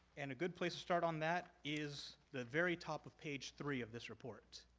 and a good place to start on that is the very top of page three of this report.